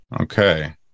Okay